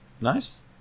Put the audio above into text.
Nice